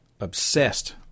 obsessed